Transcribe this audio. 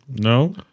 No